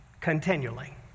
continually